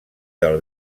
del